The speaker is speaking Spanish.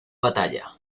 batalla